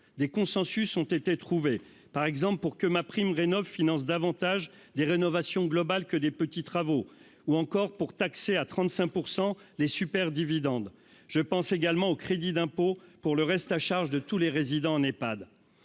des consensus ont été trouvés, par exemple, pour que ma prime rénovent finance davantage des rénovations globale que des petits travaux ou encore pour taxer à 35 pour 100 des super-dividende je pense également au crédit d'impôt pour le reste à charge de tous les résidents en Ephad